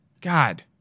God